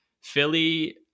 Philly